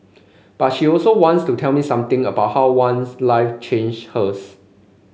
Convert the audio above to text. but she also wants to tell me something about how one life changed hers